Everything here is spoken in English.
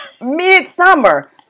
mid-summer